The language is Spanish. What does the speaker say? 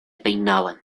peinaban